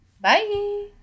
Bye